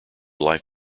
life